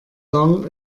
blanc